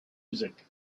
music